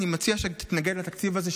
אני מציע שתתנגד לתקציב הזה,